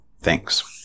Thanks